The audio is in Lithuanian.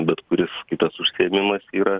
bet kuris kitas užsiėmimas yra